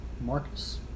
Marcus